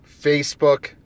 Facebook